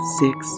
six